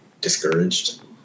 discouraged